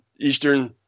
Eastern